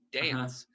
dance